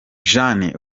jane